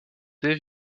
dave